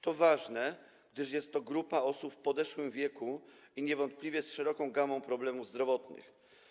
To ważne, gdyż jest to grupa osób w podeszłym wieku i niewątpliwie z szeroką gamą problemów zdrowotnych.